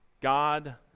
God